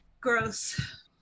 Gross